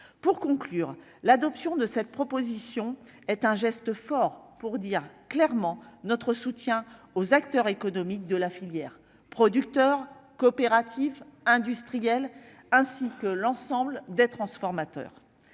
pour conclure, l'adoption de cette proposition est un geste fort pour dire clairement notre soutien aux acteurs économiques de la filière : producteurs, coopératives industriels ainsi que l'ensemble des transformateurs,